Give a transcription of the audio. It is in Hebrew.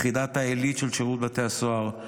יחידת העילית של שירות בתי הסוהר,